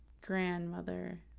grandmother